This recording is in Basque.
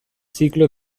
ziklo